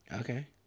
Okay